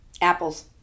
Apples